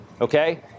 okay